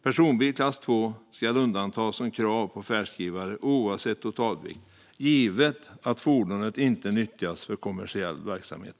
Personbil i klass II bör undantas från krav på färdskrivare oavsett totalvikt, givet att fordonet inte nyttjas för kommersiell verksamhet.